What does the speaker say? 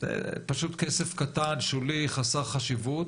זה פשוט כסף קטן, שולי, חסר חשיבות.